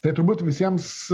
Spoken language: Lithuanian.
tai turbūt visiems